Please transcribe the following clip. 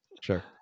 Sure